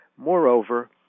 Moreover